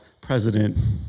president